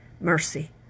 mercy